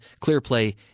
ClearPlay